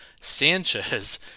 Sanchez